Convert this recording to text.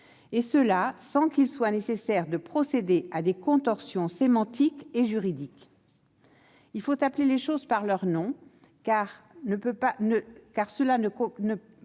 et ce sans qu'il soit nécessaire de se livrer à des contorsions sémantiques et juridiques. Il faut appeler les choses par leur nom, car ne pas